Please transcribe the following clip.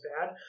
bad